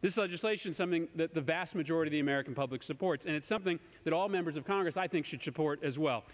this legislation something that the vast majority american public supports and it's something that all members of congress i think should support as well